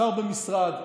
שר במשרד,